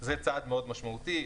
זה צעד מאוד משמעותי.